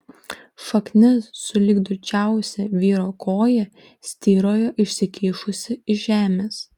šaknis sulig drūčiausia vyro koja styrojo išsikišusi iš žemės